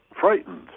frightened